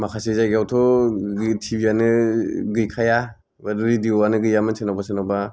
माखासे जायगायावथ' ओ टि भि आनो गैखाया ओ रेदिअ' आनो गैयामोन सोरनावबा सोरनावबा